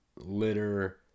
litter